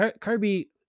Kirby